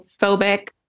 phobic